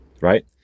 Right